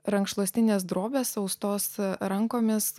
rankšluostinės drobės austos rankomis